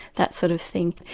that sort of thing.